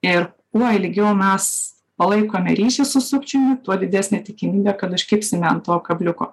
ir kuo ilgiau mes palaikome ryšį su sukčiumi tuo didesnė tikimybė kad užkibsime ant to kabliuko